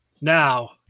Now